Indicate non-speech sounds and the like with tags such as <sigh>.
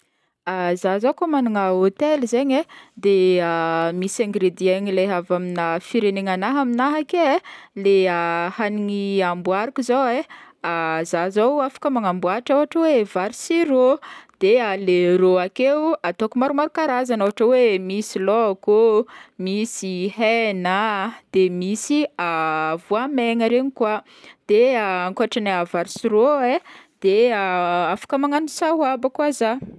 <hesitation> Zaho zao koa e magnana hôtely zegny de <hesitation> misy ingredient de leha avy amina firegnegnan'ahy aminahy ake, le raha amboariko zao e, <hesitation> za zao afaka manamboatra ôhatra hoe vary sy rô, de <hesitation> le rô akeo ataoko maromaro karazagna, ôhatra hoe misy laoko o, misy hena a de misy <hesitation> voamaigna regny koa, de ankotrana vary rô e, de afaka magnagno sahoaba koa za.